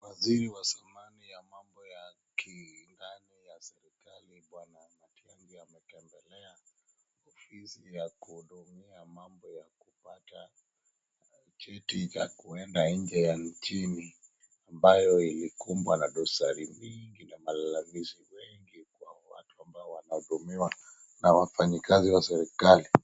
Waziri wa zamani wa mambo ya kindani ya serekali bwana Matiang'i ametembelea ofisi ya kuhudumia mambo ya kupata cheti ya kuenda nje ya nchini ambayo ilikumbwa na dosari mingi na walalamishi wengi kwa watu wanao hudumiwa na wafanyikazi wa serekali.